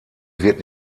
wird